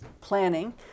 planning